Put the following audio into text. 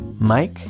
Mike